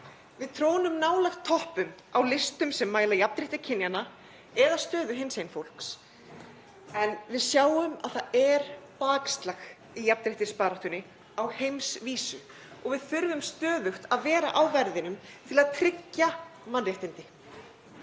Við trónum nálægt toppum á listum sem mæla jafnrétti kynjanna eða stöðu hinsegin fólks. En við sjáum bakslag í jafnréttisbaráttunni á heimsvísu og við þurfum stöðugt að vera á verðinum til að tryggja mannréttindi.